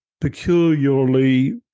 peculiarly